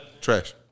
Trash